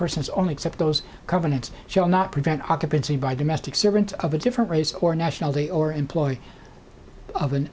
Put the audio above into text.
persons only except those covenants shall not prevent occupancy by domestic servants of a different race or nationality or employ of an